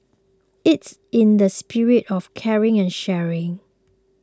it's in the spirit of caring and sharing